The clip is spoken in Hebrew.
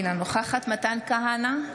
אינה נוכח מתן כהנא,